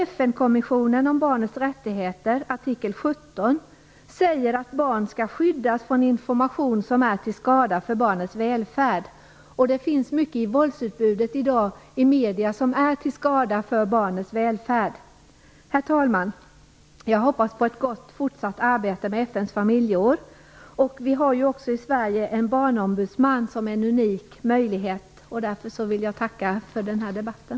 FN-konventionen om barnens rättigheter, artikel 17, säger att barn skall skyddas från information som är till skada för barnens välfärd. Det finns mycket i våldsutbudet i medierna i dag som är till skada för barnens välfärd. Herr talman! Jag hoppas på ett fortsatt gott samarbete om FN:s familjeår. Vi har i Sverige en barnombudsman, som är en unik möjlighet. Jag vill därför tacka för den här debatten.